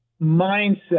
mindset